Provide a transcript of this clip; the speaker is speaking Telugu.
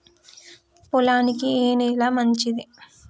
పొలానికి ఏ నేల మంచిది?